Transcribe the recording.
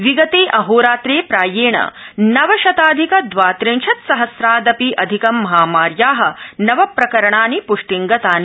विगत अहोरात्र ज्ञायणी नव शताधिक द्वात्रिंशत् सहम्रादपि अधिकं महामार्या नवप्रकरणानि पृष्टिंगतानि